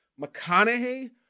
McConaughey